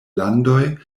landoj